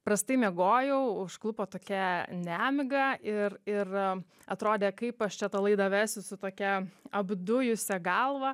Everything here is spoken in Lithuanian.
prastai miegojau užklupo tokia nemiga ir ir atrodė kaip aš čia tą laidą vesiu su tokia apdujusia galva